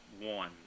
one